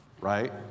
right